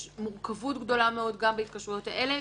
יש מורכבות גדולה מאוד בהתקשרויות האלו.